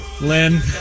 Lynn